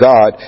God